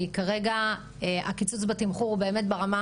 כרגע הקיצוץ בתמחור הוא באמת ברמה